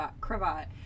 cravat